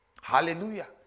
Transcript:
Hallelujah